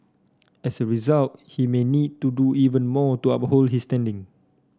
as a result he may need to do even more to uphold his standing